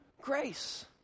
grace